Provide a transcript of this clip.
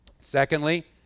Secondly